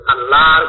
Allah